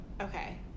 okay